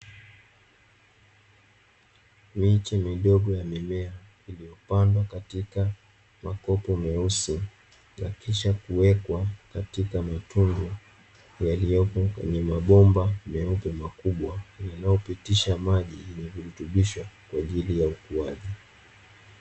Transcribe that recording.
Miche midogo ya mimea iliyopandwa katika makopo meusi, na kisha kuwekwa katika matundu yaliyopo kwenye mabomba meupe makubwa yanayopitisha maji yenye virutubisho kwaajili ya ukuaji.